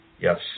Yes